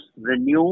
renew